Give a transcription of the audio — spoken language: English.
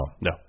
No